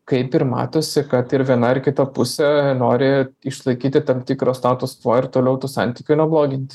kaip ir matosi kad ir viena ir kita pusė nori išlaikyti tam tikrą status kvuo ir toliau tų santykių nebloginti